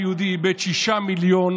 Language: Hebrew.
זה לא אישי על הבן אדם,